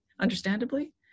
understandably